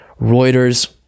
Reuters